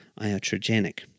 iatrogenic